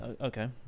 okay